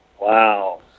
Wow